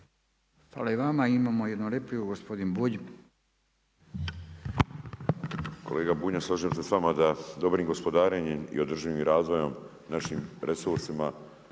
Hvala i vama. Imamo jednu repliku gospodin Bulj.